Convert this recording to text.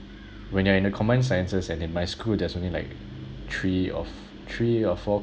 when you're in the combined sciences and in my school there's only like three or f~ three or four